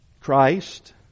Christ